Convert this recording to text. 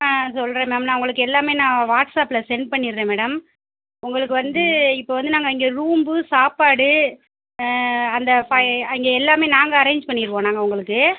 ஆ சொல்கிறேன் மேம் நான் உங்களுக்கு எல்லாமே நான் வாட்ஸாப்பில் சென்ட் பண்ணிடுறேன் மேடம் உங்களுக்கு வந்து இப்போ வந்து நாங்கள் இங்கே ரூம்பு சாப்பாடு அந்த ஃபை அங்கே எல்லாமே நாங்கள் அரேஞ்ச் பண்ணிடுவோம் நாங்கள் உங்களுக்கு